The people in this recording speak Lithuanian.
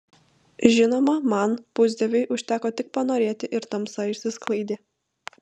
žinoma man pusdieviui užteko tik panorėti ir tamsa išsisklaidė